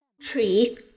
tree